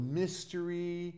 mystery